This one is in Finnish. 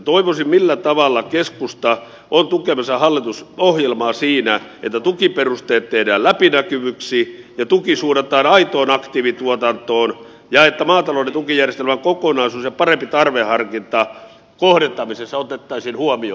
millä tavalla keskusta on tukemassa hallitusohjelmaa siinä että tukiperusteet tehdään läpinäkyviksi ja tuki suunnataan aitoon aktiivituotantoon ja että maatalouden tukijärjestelmän kokonaisuus ja parempi tarvehar kinta kohdentamisessa otettaisiin huomioon